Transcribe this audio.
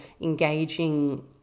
engaging